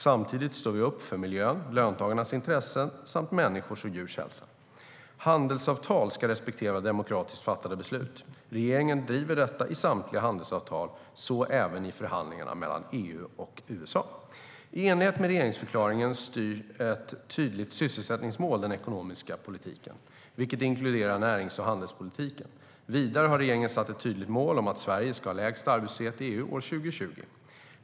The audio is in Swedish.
Samtidigt står vi upp för miljön, löntagarnas intressen samt människors och djurs hälsa. Handelsavtal ska respektera demokratiskt fattade beslut. Regeringen driver detta i samtliga handelsavtal, så även i förhandlingarna mellan EU och USA. I enlighet med regeringsförklaringen styr ett tydligt sysselsättningsmål den ekonomiska politiken, vilket inkluderar närings och handelspolitiken. Vidare har regeringen satt ett tydligt mål om att Sverige ska ha lägst arbetslöshet i EU år 2020.